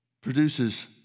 produces